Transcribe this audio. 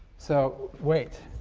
so, weight.